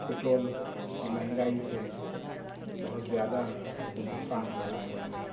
petrol کی مہنگائی سے بہت زیادہ ہم کو نقصان ہو رہا ہے ہمیں